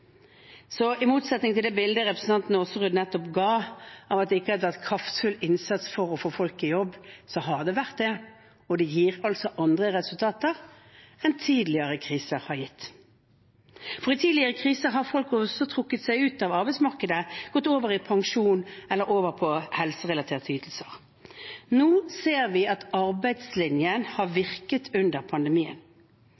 Så i motsetning til det bildet representanten Aasrud nettopp ga av at det ikke har vært gjort en kraftfull innsats for å få folk i jobb, har det vært det – og det gir altså andre resultater enn tidligere kriser har gitt. I tidligere kriser har folk også trukket seg ut av arbeidsmarkedet og gått over på pensjon eller helserelaterte ytelser. Nå ser vi at arbeidslinjen har